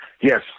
Yes